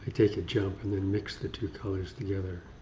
take a jump and then mix the two colors together